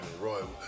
royal